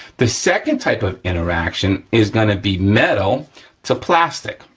the second type of interaction is gonna be metal to plastic,